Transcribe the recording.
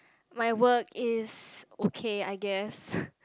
my work is okay I guess